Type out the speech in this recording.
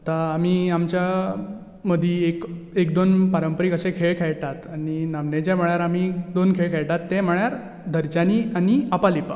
आतां आमी आमच्या मदीं एक एक दोन पारंपारीक अशें खेळ खेळटात आनी नामनेचे म्हळ्यार आमी दोन खेळ खेळटात ते म्हळ्यार धरच्यांनी आनी आपालिपा